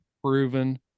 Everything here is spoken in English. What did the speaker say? proven